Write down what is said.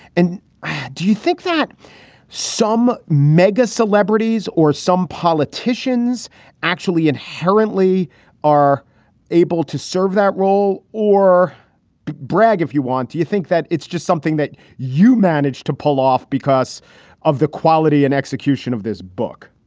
and do you think that some mega celebrities or some politicians actually inherently are able to serve that role or brag if you want? do you think that it's just something that you managed to pull off because of the quality and execution of this book?